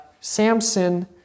Samson